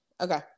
Okay